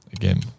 Again